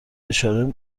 اشاره